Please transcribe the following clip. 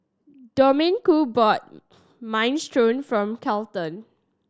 Domenico bought Minestrone from Kelton